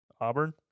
Auburn